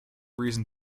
reason